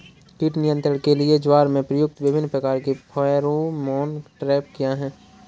कीट नियंत्रण के लिए ज्वार में प्रयुक्त विभिन्न प्रकार के फेरोमोन ट्रैप क्या है?